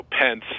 Pence